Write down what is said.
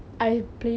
mmhmm